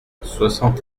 soixante